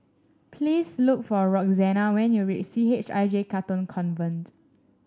please look for Roxana when you reach C H I J Katong Convent